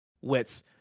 wits